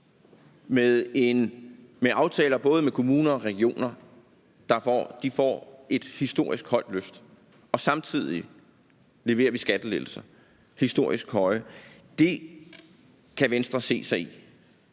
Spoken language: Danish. med aftaler både med kommuner og regioner. De får et historisk højt løft, og samtidig leverer vi historisk høje skattelettelser. Det kan Venstre se sig